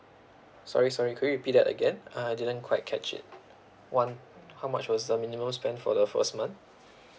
sorry sorry could you repeat that again uh I didn't quite catch it one how much was the minimum spend for the first month